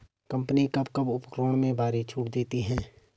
Company कब कब उपकरणों में भारी छूट देती हैं?